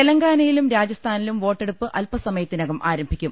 തെലങ്കാനയിലും രാജസ്ഥാനിലും വോട്ടെടുപ്പ് അൽപസമയ ത്തിനകം ആരംഭിക്കും